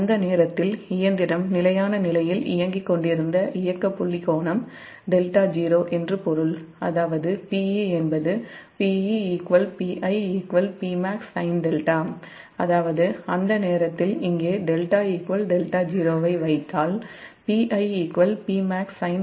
அந்த நேரத்தில் இயந்திரம் நிலையான நிலையில் இயங்கிக் கொண்டிருந்த இயக்க புள்ளி கோணம் δ0 என்று பொருள் அதாவது Pe என்பது Pe Pi Pmaxsin𝜹 அதாவது அந்த நேரத்தில் இங்கே 𝜹𝜹𝟎 ஐ வைத்தால் Pi Pmaxsin𝜹𝟎